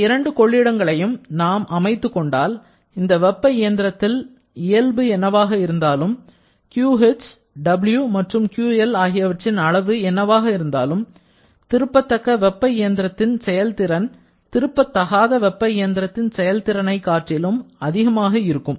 இந்த இரண்டு கொள்ளிடங்களையும் நாம் அமைத்துக்கொண்டால் இந்த வெப்ப இயந்திரத்தில் இயல்பு என்னவாக இருந்தாலும் QH W மற்றும் QL ஆகியவற்றின் அளவு என்னவாக இருந்தாலும் திருப்பத்தக்க வெப்ப இயந்திரத்தின் செயல்திறன் திருப்பத்தகாத வெப்ப இயந்திரத்தின் செயல்திறனை காட்டிலும் அதிகமாக இருக்கும்